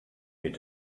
mit